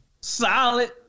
Solid